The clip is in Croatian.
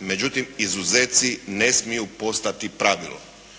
međutim izuzeci ne smiju postati pravilo.